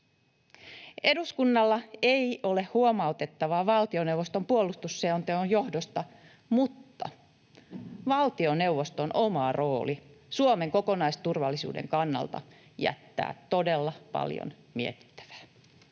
Eduskunnalla ei ole huomautettavaa valtioneuvoston puolustusselonteon johdosta, mutta valtioneuvoston oma rooli Suomen kokonaisturvallisuuden kannalta jättää todella paljon mietittävää.